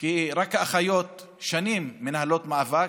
כי האחיות שנים מנהלות מאבק,